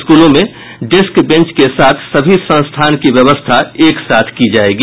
स्कूलों में desk bench के साथ सभी संस्थान की व्यवस्था एक साथ की जायेगी